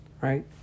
right